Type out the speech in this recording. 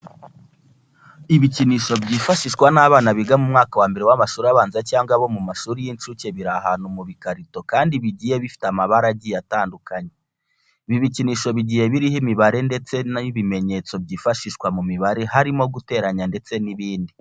Ibikinisho byifashishwa n'abana biga mu mwaka wa mbere w'amashuri abanza cyangwa abo mu mashuri y'inshuke biri ahantu mu bikarito kandi bigiye bifite amabara agiye atandukanye. Ibi bikinisho bigiye biriho imibare ndetse n'ibimenyetso byifashishwa mu mibare harimo guteranya ndetse n'ibindi.